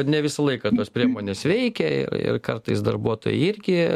ne visą laiką tos priemonės veikia ir ir kartais darbuotojai irgi